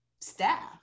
staff